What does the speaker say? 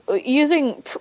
Using